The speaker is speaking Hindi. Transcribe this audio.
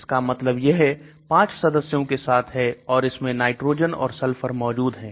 इसका मतलब यह 5 सदस्यों के साथ है और इसमें नाइट्रोजन और सल्फर मौजूद हैं